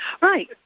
Right